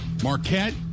Marquette